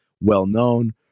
well-known